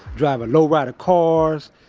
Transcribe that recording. driving lowrider cars.